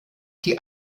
die